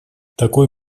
такой